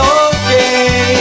okay